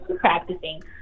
practicing